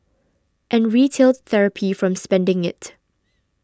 and retail therapy from spending it